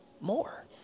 more